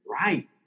right